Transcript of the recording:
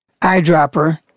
Eyedropper